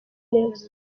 neza